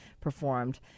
performed